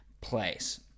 place